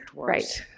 right.